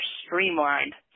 streamlined